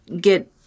get